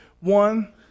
one